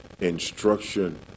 instruction